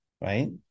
right